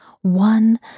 one